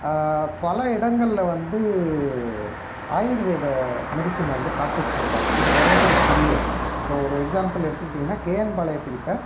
பல இடங்களில் வந்து ஆயுர்வேத மெடிஷன் வந்து பிராக்ட்டிஸ் பண்ணுறாங்க இது நிறையப் பேருக்கு தெரியாது இப்போ ஒரு எக்ஸாம்பிள் எடுத்துக்கிட்டிங்கனால் கேஎன் பாளையத்துக்கிட்டே